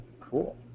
Cool